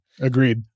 Agreed